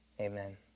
Amen